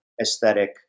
aesthetic